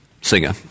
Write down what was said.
singer